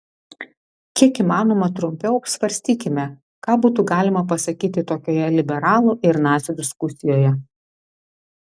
kiek įmanoma trumpiau apsvarstykime ką būtų galima pasakyti tokioje liberalų ir nacių diskusijoje